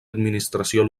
administració